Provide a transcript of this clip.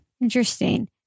Interesting